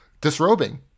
disrobing